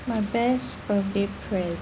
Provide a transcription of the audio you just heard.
my best birthday pre